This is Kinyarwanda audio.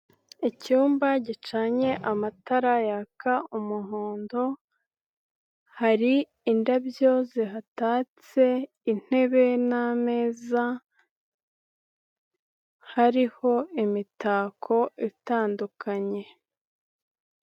Icyumba gicanye amatara yaka umuhondo, hari indabyo zihatatse, intebe n'ameza, hariho imitako itandukanye.